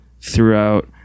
throughout